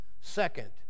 Second